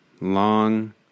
long